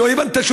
לא הבנתי,